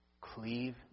Cleave